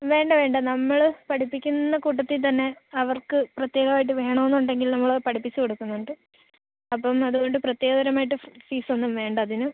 വേണ്ട വേണ്ട നമ്മൾ പഠിപ്പിക്കുന്ന കൂട്ടത്തിൽ തന്നെ അവർക്ക് പ്രത്യേകമായിട്ട് വേണം എന്നുണ്ടെങ്കിൽ നമ്മൾ പഠിപ്പിച്ച് കൊടുക്കുന്നുണ്ട് അപ്പം അതുകൊണ്ട് പ്രത്യേകരമായിട്ട് ഫീസ് ഒന്നും വേണ്ട അതിന്